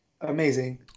amazing